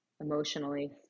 emotionally